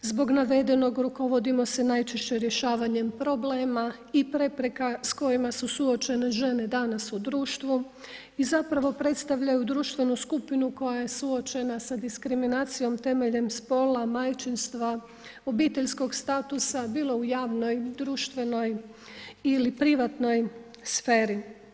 Zbog navedenog rukovodimo se najčešće rješavanjem problema i prepreka s kojima su suočene žene danas u društvu i zapravo predstavljaju društvenu skupinu koja je suočena sa diskriminacijom temeljem spola, majčinstva, obiteljskog statusa, bilo u javnoj, društvenoj ili privatnoj sferi.